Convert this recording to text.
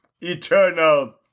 eternal